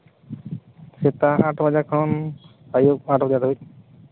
ᱥᱮᱛᱟᱜ ᱟᱴ ᱵᱟᱡᱟ ᱠᱷᱚᱱ ᱟᱹᱭᱩᱵ ᱯᱟᱸᱪ ᱵᱟᱡᱮ ᱫᱷᱟᱹᱵᱤᱡ